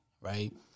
right